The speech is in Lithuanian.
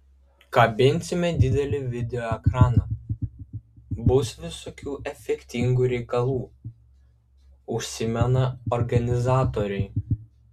kabinsime didelį video ekraną bus visokių efektingų reikalų užsimena organizatoriai